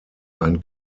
ein